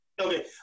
Okay